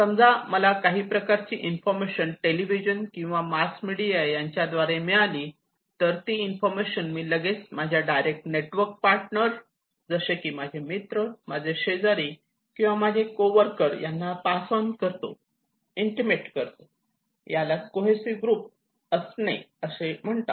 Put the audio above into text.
समजा मला काही प्रकारची इन्फॉर्मेशन टेलिव्हिजन किंवा मास मीडिया यांच्याद्वारे मिळाली तर ती इन्फॉर्मेशन मी लगेच माझ्या डायरेक्ट नेटवर्क पार्टनर जसे की माझे मित्र माझे शेजारी किंवा माझे को वर्कर यांना पास ऑन करतो इन्टिमेट करतो याला कोहेसिव्ह ग्रुप्स असणे असे म्हणतात